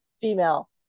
female